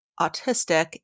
autistic